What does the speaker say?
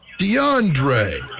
DeAndre